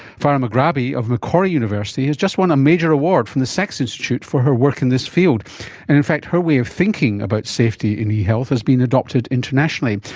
farah magrabi of macquarie university has just won a major award from the sax institute for her work in this field. and in fact her way of thinking about safety in e-health has been adopted internationally.